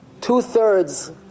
two-thirds